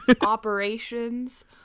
operations